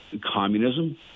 communism